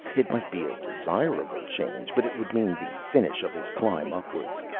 it might be a desirable change, but it would mean the finish of his climb upwards.